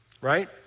right